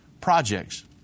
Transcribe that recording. projects